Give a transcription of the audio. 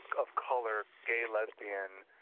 of color, gay, lesbian,